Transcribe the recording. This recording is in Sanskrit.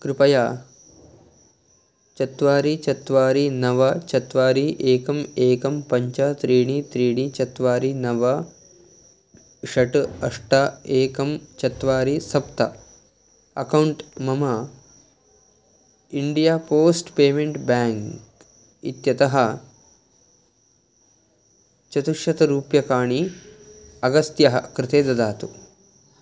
कृपया चत्वारि चत्वारि नव चत्वारि एकम् एकं पञ्च त्रीणि त्रीणि चत्वारि नव षट् अष्ट एकं चत्वारि सप्त अकौण्ट् मम इण्डिया पोस्ट् पेमेण्ट् बेङ्क् इत्यतः चतुश्शतरूप्यकाणि अगस्त्यस्य कृते ददातु